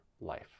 life